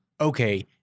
okay